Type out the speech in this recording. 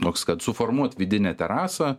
toks kad suformuot vidinę terasą